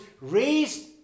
raised